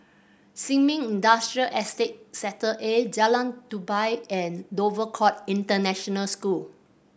Sin Ming Industrial Estate Sector A Jalan Tupai and Dover Court International School